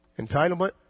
Entitlement